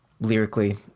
lyrically